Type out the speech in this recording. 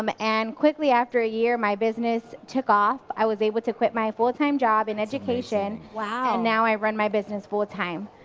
um and quickly after a year, my business took off. i was able to quit my full-time job in education and now i run my business full time.